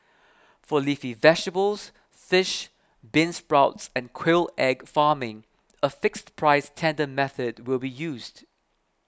for leafy vegetables fish beansprouts and quail egg farming a fixed price tender method will be used